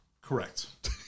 Correct